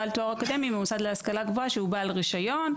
בעל תואר אקדמי ממוסד להשכלה גבוהה שהוא בעל רישיון,